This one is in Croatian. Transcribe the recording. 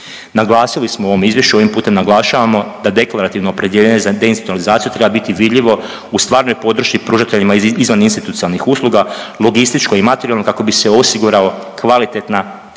Naglasili smo u ovom izvješću i ovim putem naglašavamo da deklarativno opredjeljenje za deinstitucionalizaciju treba biti vidljivo u stvarnoj podršci pružateljima izvaninstitucionalnih usluga, logističko i materijalno kako bi se osigurala kvalitetna,